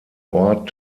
ort